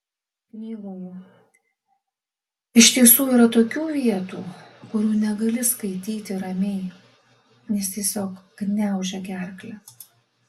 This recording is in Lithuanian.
knygoje iš tiesų yra tokių vietų kurių negali skaityti ramiai nes tiesiog gniaužia gerklę